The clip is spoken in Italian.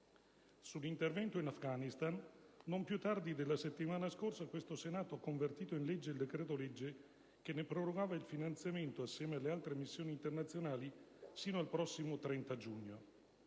Sull'intervento in Afghanistan, non più tardi della settimana scorsa questo Senato ha convertito in legge il decreto-legge che ne prorogava il finanziamento, assieme alle altre missioni internazionali, sino al prossimo 30 giugno.